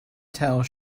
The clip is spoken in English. tales